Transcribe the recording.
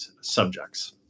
subjects